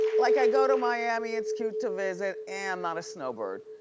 like i go to miami, it's cute to visit and not a snowboard.